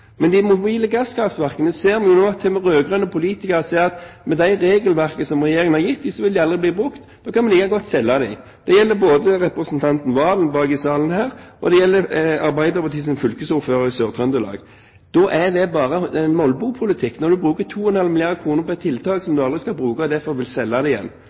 de mobile gasskraftverkene, sier til og med rød-grønne politikere at med det regelverket som Regjeringen har gitt, vil de aldri bli brukt – og da kan vi like godt selge dem. Det gjelder både representanten Serigstad Valen bak i salen her og Arbeiderpartiets fylkesordfører i Sør-Trøndelag. Det er molbopolitikk når en bruker 2,5 milliarder kr på et tiltak som en aldri skal bruke, og derfor vil selge det.